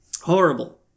horrible